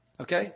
Okay